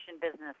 business